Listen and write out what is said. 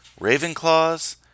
Ravenclaws